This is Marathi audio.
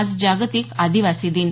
आज जागतिक आदिवासी दिन